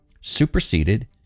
superseded